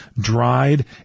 dried